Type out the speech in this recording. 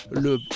le